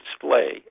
display